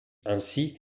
ainsi